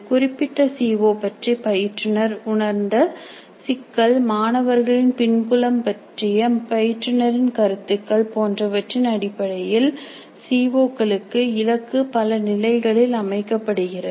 குறிப்பிட்ட C O பற்றி பயிற்றுனர் உணர்ந்த சிக்கல் மாணவர்களின் பின்புலம் பற்றிய பயிற்றுநரின் கருத்துக்கள் போன்றவற்றின் அடிப்படையில் சி ஒ க்களுக்கு இலக்கு பல நிலைகளில் அமைக்கப்படுகிறது